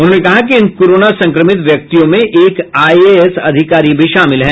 उन्होंने कहा कि इन कोरोना संक्रमित व्यक्तियों में एक आईएएस अधिकारी भी शामिल हैं